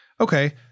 Okay